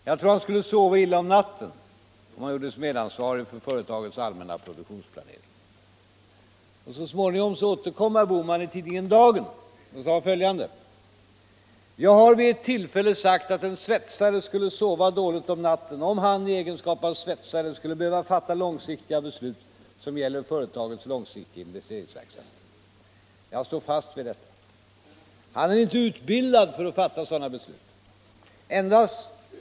Jag tror att han skulle sova illa om natten Så småningom återkom herr Bohman i tidningen Dagen och sade följande: ”Jag har vid ett tillfälle sagt att en svetsare skulle sova dåligt om natten om han — i egenskap av svetsare — skulle behöva fatta långsiktiga beslut, som gäller företagets långsiktiga investeringsverksamhet. Jag står fast vid detta. Han är inte utbildad för att fatta sådana beslut.